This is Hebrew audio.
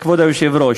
כבוד היושב-ראש.